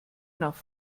nach